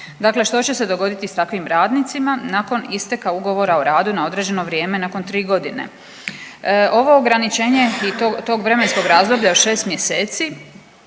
dakle što će se dogoditi s takvim radnicima nakon isteka ugovora o radu na određeno vrijeme nakon 3.g.? Ovo ograničenje i tog vremenskog razdoblja od 6 mjeseci